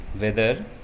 weather